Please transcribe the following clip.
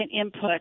input